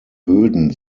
böden